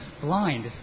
blind